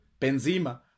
Benzema